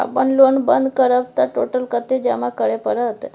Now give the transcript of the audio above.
अपन लोन बंद करब त टोटल कत्ते जमा करे परत?